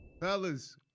Fellas